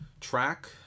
track